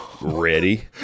ready